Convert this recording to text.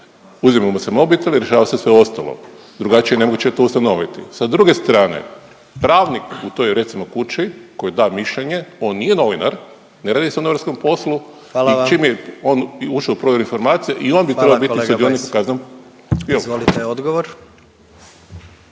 uzima mu se mobitel i rješava se sve ostalo, drugačije je moguće to ustanoviti. Sa druge strane, pravnik u toj, recimo, kući koji da mišljenje, on nije novinar, ne radi se o novinarskom poslu … .../Upadica: Hvala vam./... i čim je on ušao u provjeru informacija i on bi trebao biti … .../Upadica: Hvala kolega